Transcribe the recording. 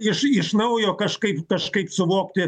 iš iš naujo kažkaip kažkaip suvokti